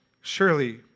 Surely